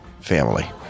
family